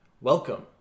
Welcome